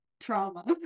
traumas